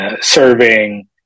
serving